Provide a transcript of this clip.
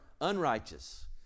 unrighteous